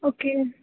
okay